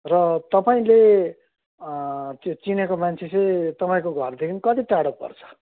र तपाईँले त्यो चिनेको मान्छे चाहिँ तपाईँको घरदेखि कति टाढो पर्छ